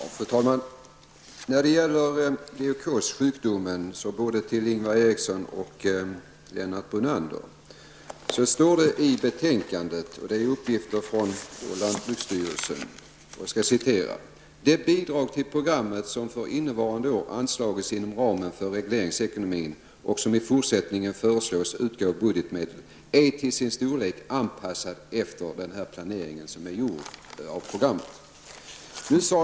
Fru talman! När det gäller sjukdomen leukos vill jag för Ingvar Eriksson och Lennart Brunander referera följande uppgifter från lantbruksstyrelsen som finns i betänkandet. Det bidrag till programmet som för innevarande år anslagits inom ramen för regleringsekonomin och som i fortsättningen föreslås utgå budgetmedel är till sin storlek anpassad efter den här planeringen som är gjord av programmet.